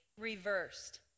reversed